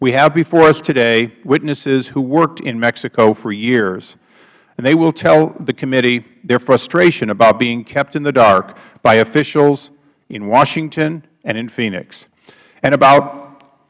we have before us today witnesses who worked in mexico for years and they will tell the committee their frustration about being kept in the dark by officials in washington and in phoenix